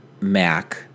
Mac